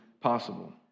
possible